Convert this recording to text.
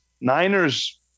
Niners